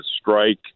strike